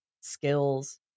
skills